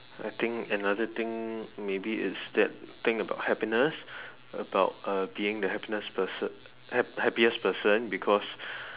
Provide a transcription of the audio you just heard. I think another thing maybe is that thing about happiness about uh being the happiness person hap~ happiest person because